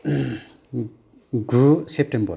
गु सेप्टेम्बर